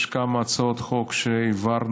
יש כמה הצעות חוק שהעברנו,